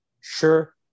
Sure